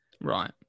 Right